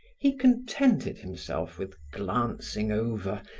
he contented himself with glancing over,